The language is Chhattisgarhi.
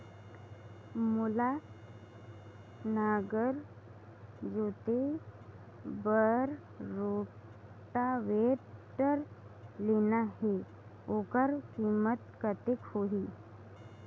मोला नागर जोते बार रोटावेटर लेना हे ओकर कीमत कतेक होही?